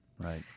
Right